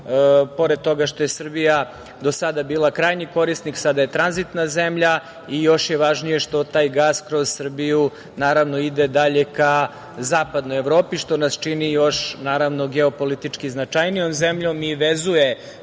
pored toga što je Srbija do sada bila krajnji korisnik sada je tranzitna zemlja i još je važnije što taj gas kroz Srbiju naravno ide dalje ka zapadnoj Evropi što nas čini još geopolitički značajnijom zemljom i vezuje